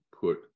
put